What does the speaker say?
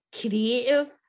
creative